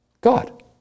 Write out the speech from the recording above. God